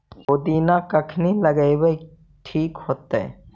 पुदिना कखिनी लगावेला ठिक होतइ?